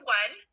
one